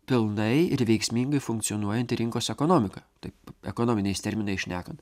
pilnai ir veiksmingai funkcionuojanti rinkos ekonomika taip ekonominiais terminais šnekant